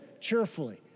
cheerfully